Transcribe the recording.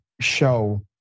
show